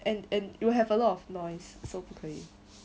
and and you will have a lot of noise so 不可以